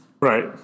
Right